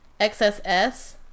XSS